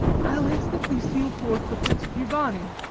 i ll instantly steal forth the prince giovanni,